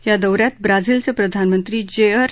या दौ यात ब्राझीलचे प्रधानमंत्री जेअर